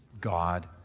God